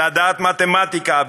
לדעת מתמטיקה,